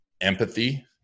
empathy